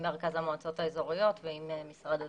עם מרכז המועצות האזוריות ועם משרד הדתות.